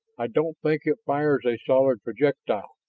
i don't think it fires a solid projectile,